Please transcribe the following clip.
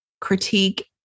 critique